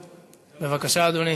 את יודעת למה?